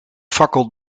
fakkel